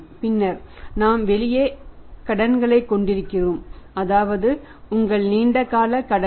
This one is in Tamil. பின்னர் நாம் வெளியே கடன்களைக் கொண்டிருக்கிறோம் அதாவது உங்கள் நீண்ட கால கடன்கள்